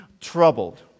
troubled